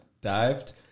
dived